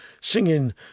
singing